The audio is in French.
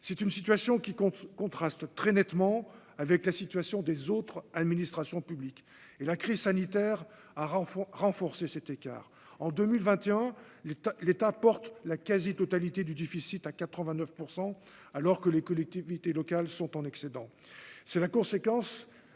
c'est une situation qui compte contraste très nettement avec la situation des autres administrations publiques et la crise sanitaire à renforcer, renforcer cet écart en 2021 est l'État porte la quasi-totalité du déficit à 89 %, alors que les collectivités locales sont en excédent, c'est la conséquence